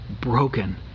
broken